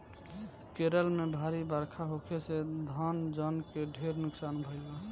केरल में भारी बरखा होखे से धन जन के ढेर नुकसान भईल बा